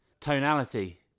Tonality